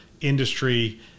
industry